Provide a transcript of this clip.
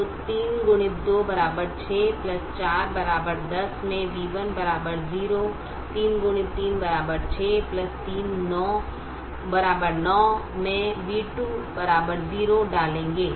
तो 3 x 2 6 4 10 में v1 0 3 x 3 6 3 9में v2 0 डालेंगे